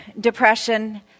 depression